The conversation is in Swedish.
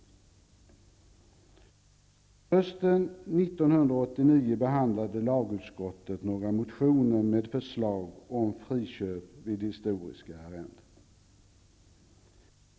Hösten 1989 behandlade lagutskottet några motioner med förslag om friköp av historiska arrenden.